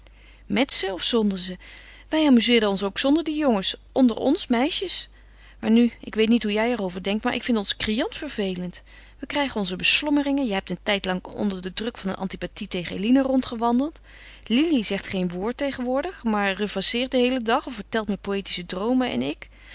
ze of zonder ze wij amuzeerden ons ook zonder die jongens onder ons meisjes maar nu ik weet niet hoe jij er over denkt maar ik vind ons criant vervelend we krijgen onze beslommeringen jij hebt een tijdlang onder den druk van een antipathie tegen eline rondgewandeld lili zegt geen woord tegenwoordig maar rêvasseert den heelen dag of vertelt me poëtische droomen en ik